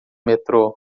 metrô